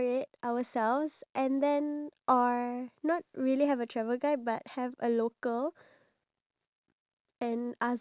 iya because from a local's perception of the country you are actually able to get a taste of what it really like